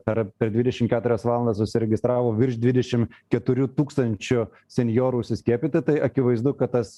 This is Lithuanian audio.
per per dvidešim keturias valandas užsiregistravo virš dvidešim keturių tūkstančių senjorų suskiepyti tai akivaizdu kad tas